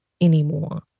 anymore